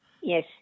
Yes